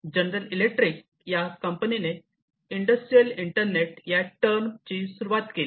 general Electric या कंपनीने industrial internet या टर्मची सुरुवात केली